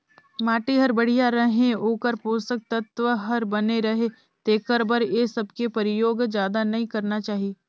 माटी हर बड़िया रहें, ओखर पोसक तत्व हर बने रहे तेखर बर ए सबके परयोग जादा नई करना चाही